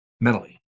mentally